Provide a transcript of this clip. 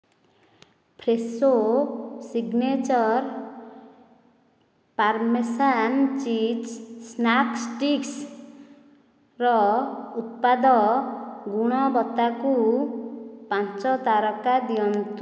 Fresho signature parmesan cheese snack ଷ୍ଟିକ୍ସ୍ର ଉତ୍ପାଦ ଗୁଣବତ୍ତାକୁ ପାଞ୍ଚ ତାରକା ଦିଅନ୍ତୁ